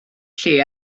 lle